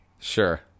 Sure